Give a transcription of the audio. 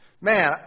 man